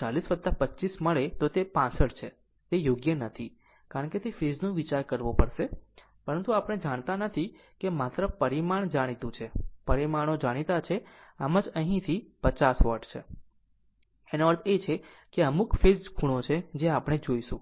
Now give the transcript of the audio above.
25 મળે તો તે 65 છે તે યોગ્ય નથી કારણ કે ફેઝનો વિચાર કરવો પડશે પરંતુ આપણે જાણતા નથી કે માત્ર પરિમાણ જાણીતું છે પરિમાણો જાણીતા છે આમ જ અહીંથી અહીં 50 વોલ્ટ છે એનો અર્થ એ કે તેનો અમુક ફેઝ ખૂણો છે જે આપણે જોઈશું